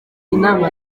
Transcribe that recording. inama